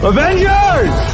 Avengers